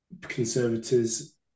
conservatives